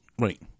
Right